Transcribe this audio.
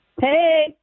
Hey